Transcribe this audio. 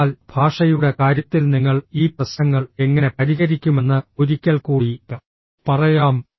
അതിനാൽ ഭാഷയുടെ കാര്യത്തിൽ നിങ്ങൾ ഈ പ്രശ്നങ്ങൾ എങ്ങനെ പരിഹരിക്കുമെന്ന് ഒരിക്കൽക്കൂടി പറയാം